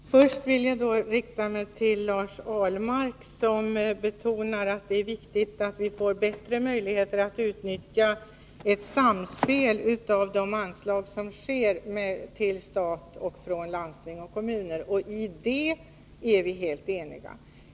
Herr talman! Först vill jag rikta mig till Lars Ahlmark, som betonar att det är viktigt att vi får bättre möjligheter till ett samspel när det gäller de anslag som utgår från stat, landsting och kommuner. I det avseendet är vi helt eniga.